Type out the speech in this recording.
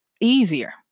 easier